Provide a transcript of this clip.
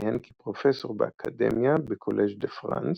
שכיהן כפרופסור באקדמיה בקולז' דה פרנס